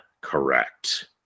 correct